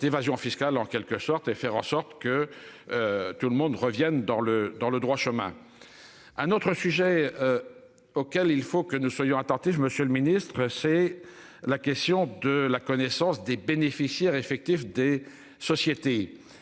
évasion fiscale en quelque sorte et faire en sorte que. Tout le monde revienne dans le dans le droit chemin. Un autre sujet. Auquel il faut que nous soyons à tenter j'Monsieur le Ministre. C'est la question de la connaissance des bénéficiaires effectifs des sociétés.